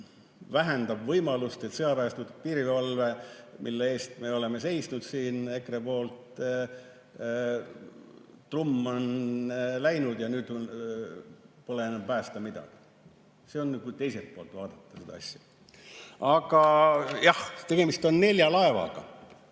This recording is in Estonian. vähendab võimalust, et sõjaväestatud piirivalve, mille eest me oleme seisnud EKRE-ga – trumm on läinud ja nüüd pole enam päästa midagi. See on siis, kui teiselt poolt vaadata seda asja. Aga jah, tegemist on nelja laevaga.